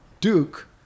Duke